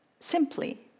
Simply